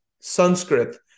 Sanskrit